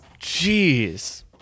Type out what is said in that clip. Jeez